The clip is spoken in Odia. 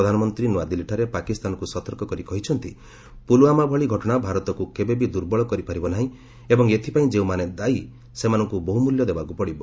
ପ୍ରଧାନମନ୍ତ୍ରୀ ନୂଆଦିଲ୍ଲୀଠାରେ ପାକିସ୍ତାନକୁ ସତର୍କ କରି କହିଛନ୍ତି ପୁଲଓ୍ୱାମା ଭଳି ଘଟଣା ଭାରତକୁ କେବେ ବି ଦୁର୍ବଳ କରିପାରିବ ନାହିଁ ଏବଂ ଏଥିପାଇଁ ଯେଉଁମାନେ ଦାୟୀ ସେମାନଙ୍କୁ ବହୁମୂଲ୍ୟ ଦେବାକୁ ପଡ଼ିବ